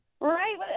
Right